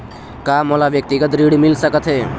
का मोला व्यक्तिगत ऋण मिल सकत हे?